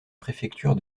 préfecture